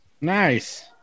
Nice